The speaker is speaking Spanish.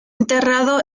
enterrado